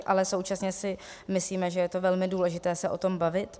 Ale současně si myslíme, že je velmi důležité se o tom bavit.